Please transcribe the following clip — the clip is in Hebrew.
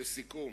לסיכום,